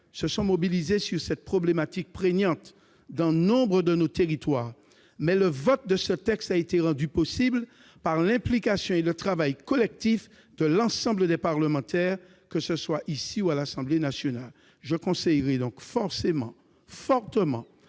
ultramarins sur cette problématique prégnante dans nombre de nos territoires. Toutefois, le vote de ce texte a été rendu possible par l'implication et le travail collectif de l'ensemble des parlementaires, que ce soit ici ou à l'Assemblée nationale. Je conseillerai donc fortement